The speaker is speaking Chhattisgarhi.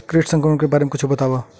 कीट संक्रमण के बारे म कुछु बतावव?